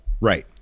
right